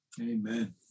Amen